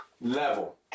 level